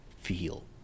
feel